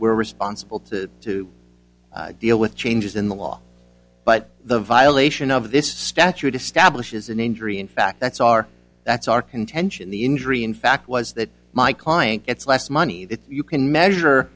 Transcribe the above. we're responsible to deal with changes in the law but the violation of this statute establishes an injury in fact that's our that's our contention the injury in fact was that my client gets less money that you can measure